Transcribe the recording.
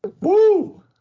Woo